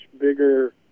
bigger